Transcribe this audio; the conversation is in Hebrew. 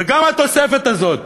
וגם התוספת הזאת